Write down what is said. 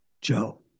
Joe